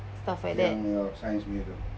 stuff like that